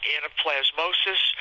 Anaplasmosis